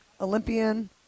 Olympian